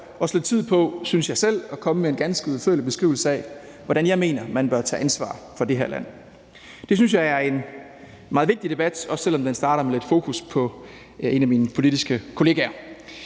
også lidt tid på, synes jeg selv, at komme med en ganske udførlig beskrivelse af, hvordan jeg mener, man bør tage ansvar for det her land. Det synes jeg er en meget vigtig debat, også selv om den starter med lidt fokus på en af mine politiske kollegaer.